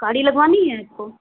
गाड़ी लगवानी है आपको